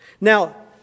Now